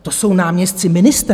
To jsou náměstci ministra.